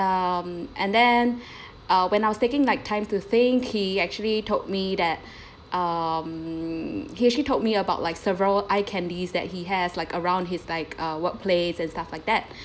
um and then uh when I was taking like time to think he actually told me that um he actually told me about like several eye candies that he has like around his like uh workplace and stuff like that